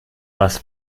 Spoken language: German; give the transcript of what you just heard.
was